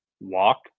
walk